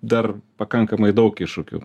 dar pakankamai daug iššūkių